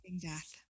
death